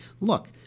look